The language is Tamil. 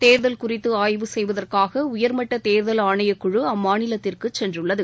தேர்தல் குறித்து ஆய்வு செய்வதற்காக உயர்மட்ட தேர்தல் ஆணையக்குழு அம்மாநிலத்திற்கு சென்றுள்ளது